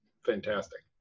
fantastic